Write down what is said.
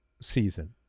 season